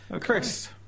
Chris